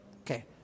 Okay